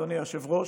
אדוני היושב-ראש,